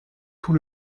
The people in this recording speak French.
tout